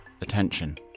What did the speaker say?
attention